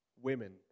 women